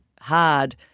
hard